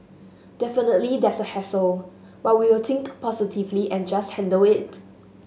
definitely there's a hassle but we will think positively and just handle it